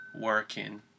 working